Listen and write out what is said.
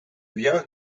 viens